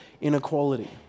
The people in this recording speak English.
inequality